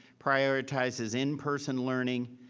prioritizes in-person learning,